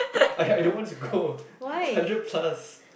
I I don't want to go hundred plus